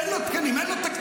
אין לו תקנים, אין לו תקציב.